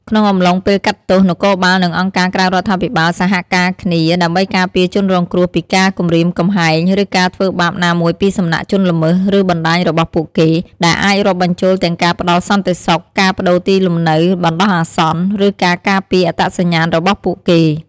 ក្នុងអំឡុងពេលកាត់ទោស នគរបាល និងអង្គការក្រៅរដ្ឋាភិបាលសហការគ្នាដើម្បីការពារជនរងគ្រោះពីការគំរាមកំហែង ឬការធ្វើបាបណាមួយពីសំណាក់ជនល្មើស ឬបណ្ដាញរបស់ពួកគេ ដែលអាចរាប់បញ្ចូលទាំងការផ្ដល់សន្តិសុខ ការប្ដូរទីលំនៅបណ្ដោះអាសន្ន ឬការការពារអត្តសញ្ញាណរបស់ពួកគេ។